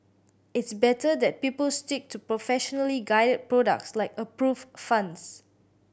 it's better that people stick to professionally guided products like approved funds